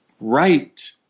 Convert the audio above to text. right